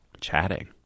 chatting